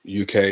UK